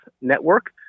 Network